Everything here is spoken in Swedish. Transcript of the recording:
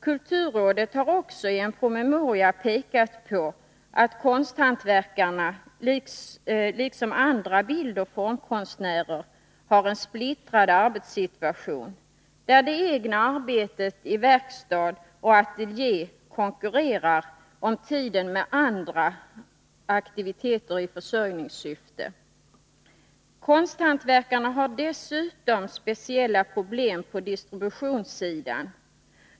Kulturrådet har också i en promemoria påpekat att konsthantverkarna, liksom andra bildoch formkonstnärer, har en splittrad arbetssituation, där det egna arbetet i verkstad och ateljé konkurrerar om tiden med andra aktiviteter i försörjningssyfte. Konsthantverkarna har dessutom speciella problem på distributionssidan.